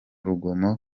rugomo